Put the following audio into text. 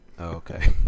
Okay